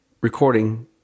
recording